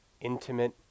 intimate